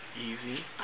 Easy